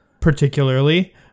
particularly